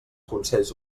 consells